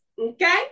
Okay